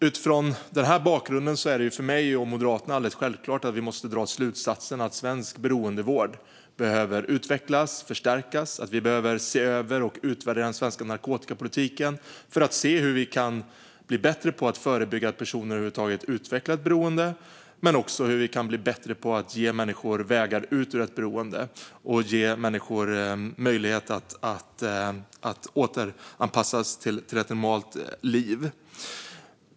Utifrån denna bakgrund är det för mig och Moderaterna alldeles självklart att vi måste dra slutsatsen att svensk beroendevård behöver utvecklas och förstärkas och att vi behöver se över och utvärdera den svenska narkotikapolitiken för att se hur vi kan bli bättre på att förebygga att personer över huvud taget utvecklar ett beroende men också hur vi kan bli bättre på att ge människor vägar ut ur ett beroende och ge dem möjlighet att återanpassas till ett normalt liv.